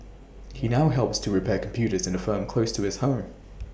he now helps to repair computers in A firm close to his home